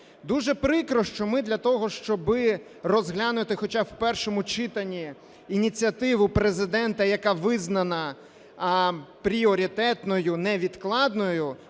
Дуже прикро, що ми для того, щоб розглянути хоча б в першому читанні ініціативу Президента, яка визнана пріоритетною, невідкладною,